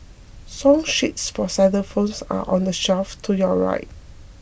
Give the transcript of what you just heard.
song sheets for xylophones are on the shelf to your right